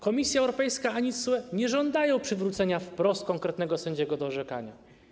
Komisja Europejska ani TSUE nie żądają przywrócenia wprost konkretnego sędziego do orzekania.